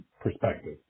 perspective